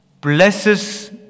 blesses